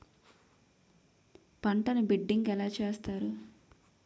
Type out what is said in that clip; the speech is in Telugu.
పంటను బిడ్డింగ్ ఎలా చేస్తారు?